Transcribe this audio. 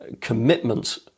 commitment